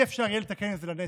לא יהיה אפשר לתקן את זה לנצח,